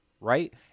right